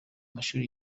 mashuri